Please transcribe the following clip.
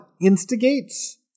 instigates